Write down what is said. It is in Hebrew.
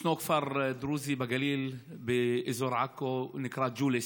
ישנו כפר דרוזי בגליל, באזור עכו, שנקרא ג'וליס.